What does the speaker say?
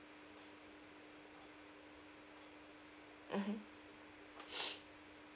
mmhmm